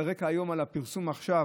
על רקע הפרסום עכשיו,